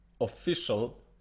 official